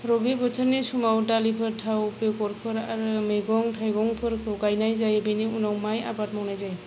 रबी बोथोरनि समाव दालिफोर थाव बेगरफोर आरो मैगं थाइगंफोरखौ गायनाय जायो बेनि उनाव माइ आबाद मावनाय जायो